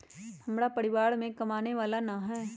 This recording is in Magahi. हमरा परिवार में कमाने वाला ना है?